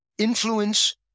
Influence